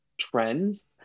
trends